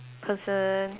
person